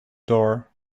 door